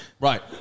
Right